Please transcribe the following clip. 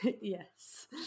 Yes